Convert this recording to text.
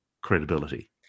credibility